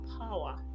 power